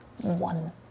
One